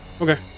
Okay